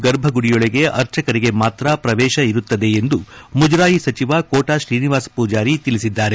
ಗರ್ಭಗುಡಿಯೊಳಗೆ ಅರ್ಚಕರಿಗೆ ಮಾತ್ರ ಪ್ರವೇಶ ಇರುತ್ತದೆ ಎಂದು ಮುಜರಾಯಿ ಸಚಿವ ಕೋಟ ಶ್ರೀನಿವಾಸ ಪೂಜಾರಿ ತಿಳಿಸಿದ್ದಾರೆ